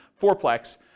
fourplex